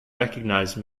recognise